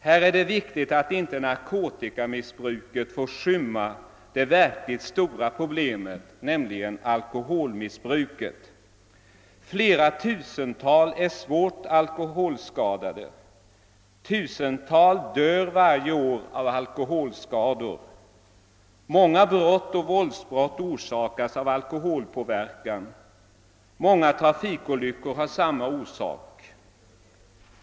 Här är det viktigt att inte narkotikamissbruket får skymma det verkligt stora problemet, nämligen alkoholmissbruket. Flera tusental är svårt alkoholskadade, tusental dör varje år av alkoholskador, många våldsbrott orsakas av alkoholpåverkade, och många trafikolyckor har samma orsak.